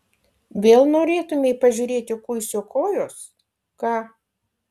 vėl norėtumei pažiūrėti kuisio kojos ką